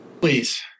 please